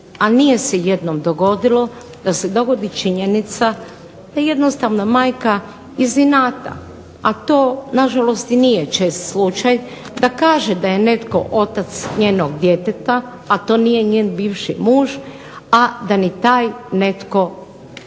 a nije se jednom dogodilo, da se dogodi činjenica da jednostavno majka iz inata, a to nažalost nije čest slučaj, da kaže da je netko otac njenog djeteta, a to nije njen bivši muž, a da ni taj netko